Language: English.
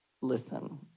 listen